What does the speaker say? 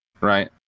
right